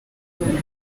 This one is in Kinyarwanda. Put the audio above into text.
babiri